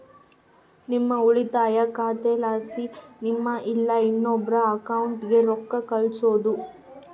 ನಿಮ್ಮ ಉಳಿತಾಯ ಖಾತೆಲಾಸಿ ನಿಮ್ಮ ಇಲ್ಲಾ ಇನ್ನೊಬ್ರ ಅಕೌಂಟ್ಗೆ ರೊಕ್ಕ ಕಳ್ಸೋದು